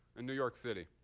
and new york city.